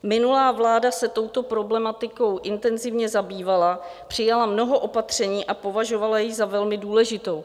Minulá vláda se touto problematikou intenzivně zabývala, přijala mnoho opatření a považovala ji za velmi důležitou.